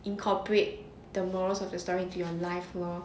incorporate the moral of the story into your life lor